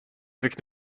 avec